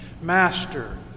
Master